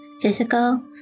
physical